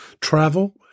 travel